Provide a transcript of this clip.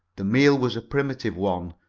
the meal was a primitive one,